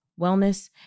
wellness